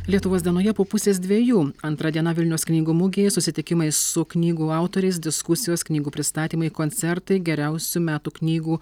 lietuvos dienoje po pusės dviejų antra diena vilniaus knygų mugėje susitikimai su knygų autoriais diskusijos knygų pristatymai koncertai geriausių metų knygų